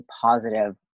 positive